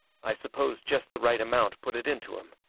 i suppose just the right amount put it into him.